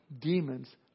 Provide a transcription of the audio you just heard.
demons